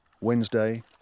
Wednesday